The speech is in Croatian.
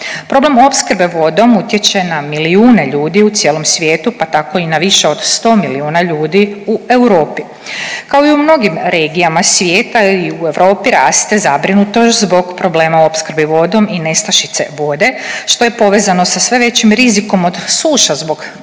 Problem opskrbe vodom utječe na milijune ljudi u cijelom svijetu, pa tako i na više od sto milijuna ljudi u Europi. Kao i u mnogim regijama svijeta i u Europi raste zabrinutost zbog problema u opskrbi vodom i nestašice vode što je povezano sa sve većim rizikom od suša zbog klimatskih